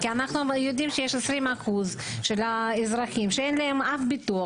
כי אנחנו יודעים שיש 20% של האזרחים שאין להם אף ביטוח,